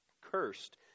Cursed